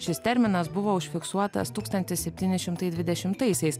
šis terminas buvo užfiksuotas tūkstantis septyni šimtai dvidešimtaisiais